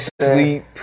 sleep